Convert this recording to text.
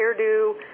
hairdo